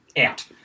out